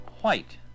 White